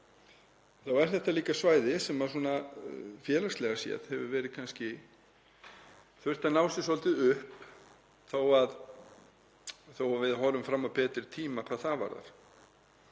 þá er þetta líka svæði sem félagslega séð hefur þurft að ná sér svolítið upp þó að við horfum fram á betri tíma hvað það varðar.